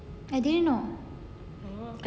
I didn't know